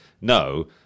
no